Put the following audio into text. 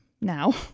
now